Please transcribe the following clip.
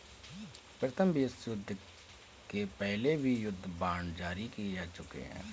प्रथम विश्वयुद्ध के पहले भी युद्ध बांड जारी किए जा चुके हैं